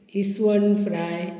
इस्वन fry